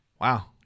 Wow